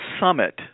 summit